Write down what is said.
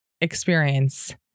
experience